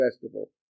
festival